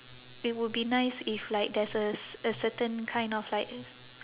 it would be nice if like there's a c~ a certain kind of like